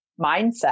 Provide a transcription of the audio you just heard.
mindset